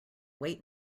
wait